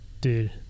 dude